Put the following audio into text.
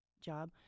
job